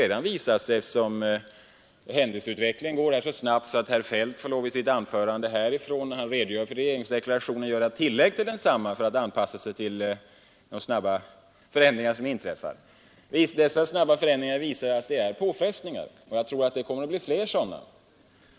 Det har för övrigt redan visat sig; händelseutvecklingen på detta område går så snabbt att herr Feldt fick lov att göra tillägg till regeringsdeklarationen för att yttra sig om de förändringar som inträffat. Dessa snabba förändringar visar att det förekommer påfrestningar, och det kommer att bli fler sådana.